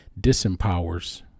disempowers